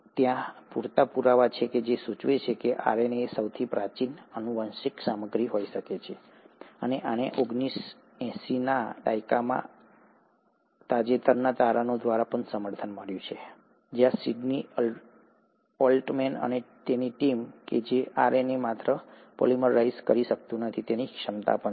તેથી ત્યાં પૂરતા પુરાવા છે જે સૂચવે છે કે આરએનએ એ સૌથી પ્રાચીન આનુવંશિક સામગ્રી હોઈ શકે છે અને આને ઓગણીસ એંસીના દાયકામાં તાજેતરના તારણો દ્વારા પણ સમર્થન મળ્યું હતું જ્યાં સિડની ઓલ્ટમેન અને ટીમ કે આરએનએ માત્ર પોલિમરાઇઝ કરી શકતું નથી તેની ક્ષમતા પણ છે